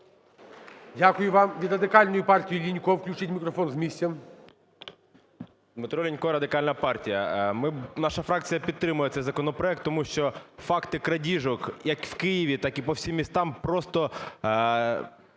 Дякую вам. Від Радикальної партії Лінько. Включіть мікрофон з місця. 17:38:31 ЛІНЬКО Д.В. Дмитро Лінько, Радикальна партія. Наша фракція підтримує цей законопроект. Тому що факти крадіжок, як в Києві, так і по всім містам просто